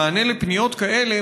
ממענה על פניות כאלה,